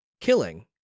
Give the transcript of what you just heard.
killing